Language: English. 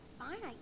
fine